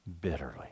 bitterly